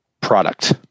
product